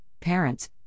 parents